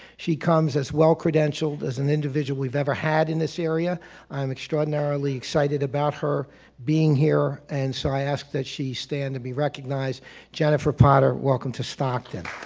she comes as well credentialed as an individual we've ever had in this area i'm extraordinarily excited about her being here and so i asked that she stand and be recognized jennifer potter welcome to stockton